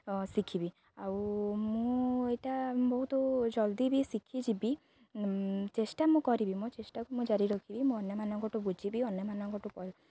ଶିଖିବି ଆଉ ମୁଁ ଏଇଟା ବହୁତ ଜଲ୍ଦି ବି ଶିଖିଯିବି ଚେଷ୍ଟା ମୁଁ କରିବି ମୋ ଚେଷ୍ଟାକୁ ମୁଁ ଜାରି ରଖିବି ମୁଁ ଅନ୍ୟମାନଙ୍କଠୁ ବୁଝିବି ଅନ୍ୟମାନଙ୍କଠୁ